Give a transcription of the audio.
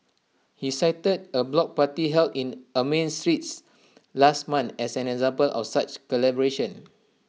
he cited A block party held in Armenian streets last month as an example of such collaboration